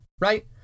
Right